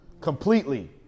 Completely